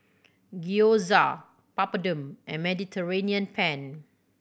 Gyoza Papadum and Mediterranean Penne